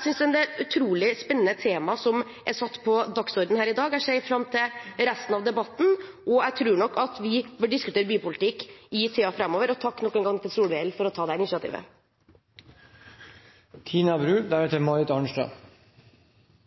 synes det er et utrolig spennende tema som er satt på dagsorden her i dag. Jeg ser fram til resten av debatten, og jeg tror nok at vi bør diskutere bypolitikk i tiden framover. Jeg takker nok en gang representanten Solhjell for at han tar dette initiativet.